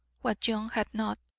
what john had not,